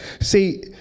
See